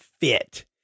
fit